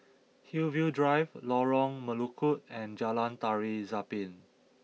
Hillview Drive Lorong Melukut and Jalan Tari Zapin